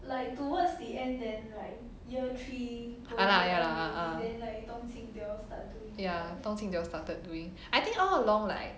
uh lah ya lah ya ya dongqing they all started doing I think all along like